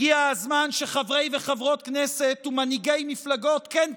הגיע הזמן שחברי וחברות כנסת ומנהיגי מפלגות, כן,